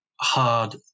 hard